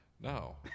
No